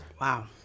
Wow